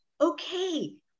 okay